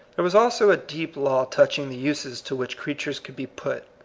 there was also a deep law touching the uses to which, creatures could be put.